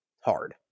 hard